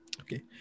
Okay